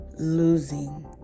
losing